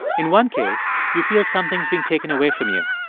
in one case, you feel something's being taken away from you.